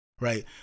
Right